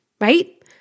right